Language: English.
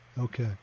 Okay